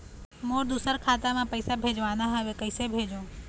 मोर दुसर खाता मा पैसा भेजवाना हवे, कइसे भेजों?